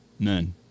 None